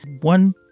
One